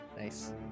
Nice